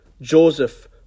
Joseph